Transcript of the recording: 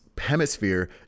hemisphere